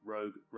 Rogue